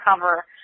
cover –